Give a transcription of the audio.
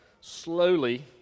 slowly